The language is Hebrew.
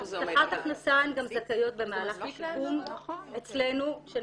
הבטחת הכנסה הן גם זכאיות במהלך השיקום אצלנו כשהן